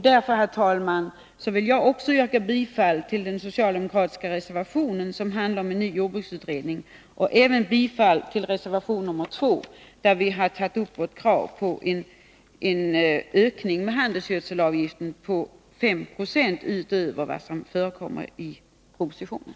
Därför, herr talman, vill jag också yrka bifall till den socialdemokratiska reservationen som handlar om en ny jordbruksutredning och även bifall till reservation nr 2, där vi har tagit upp vårt krav på ökning av handelsgödselavgiften med 5 90 utöver vad som föreslås i propositionen.